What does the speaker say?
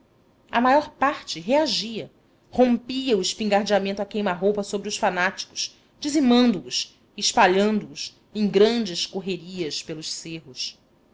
a maior parte reagia rompia o espingardeamento a queima-roupa sobre os fanáticos dizimando os espalhando os em grandes correrias pelos cerros